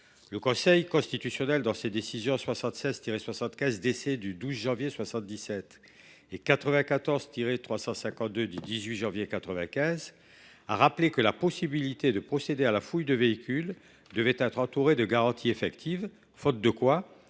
Le Conseil constitutionnel, dans ses décisions n° 76 75 DC du 12 janvier 1977 et n° 94 352 DC du 18 janvier 1995, a rappelé que la possibilité de procéder à la fouille de véhicules devait être entourée de garanties effectives, faute de quoi